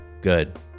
Good